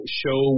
show